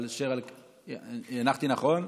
הנחתי נכון?